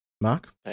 Mark